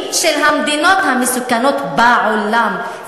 מסכנים אתם.